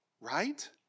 right